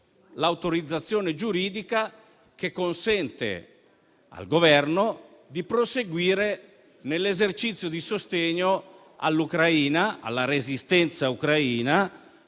l'autorizzazione giuridica che consente al Governo di proseguire nell'esercizio di sostegno all'Ucraina, alla resistenza ucraina,